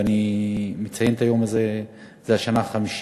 ואני מציין את היום הזה זו השנה החמישית.